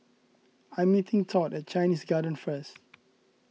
I am meeting Todd at Chinese Garden first